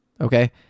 Okay